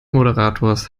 moderators